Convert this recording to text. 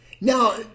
now